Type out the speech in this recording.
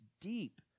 deep